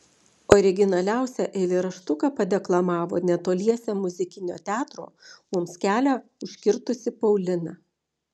originaliausią eilėraštuką padeklamavo netoliese muzikinio teatro mums kelią užkirtusi paulina